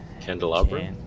candelabra